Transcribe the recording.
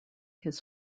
his